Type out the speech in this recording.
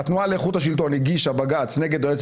מהרגע שחבר הכנסת רוטמן קיבל לידיו את פטיש היושב-ראש.